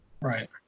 Right